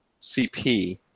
CP